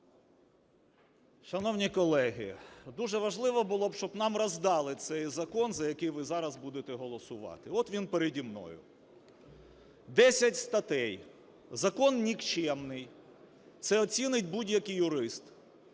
Шановні колеги, дуже важливо було б, щоб нам роздали цей закон, за який ви зараз будете голосувати, от він переді мною. Десять статей, закон нікчемний, це оцінить будь-який юрист.